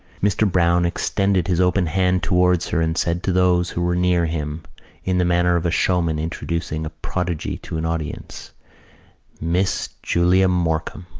mr. browne extended his open hand towards her and said to those who were near him in the manner of a showman introducing a prodigy to an audience miss julia morkan,